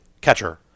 catcher